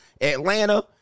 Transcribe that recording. Atlanta